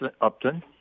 Upton